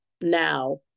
now